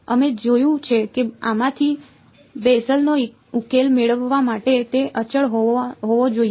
અમે જોયું છે કે આમાંથી બેસલનો ઉકેલ મેળવવા માટે તે અચળ હોવો જોઈએ